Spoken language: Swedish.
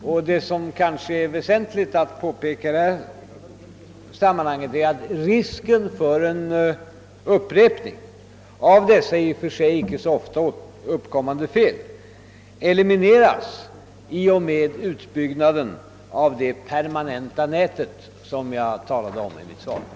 Vad som kanske är väsentligt att påpeka i detta sammanhang är att risken för en upprepning av dessa i och för sig inte så ofta förekommande fel elimineras i och med utbyggnaden av det permanenta nät som jag talade om i mitt svar.